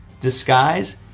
disguise